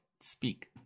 speak